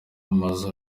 amazu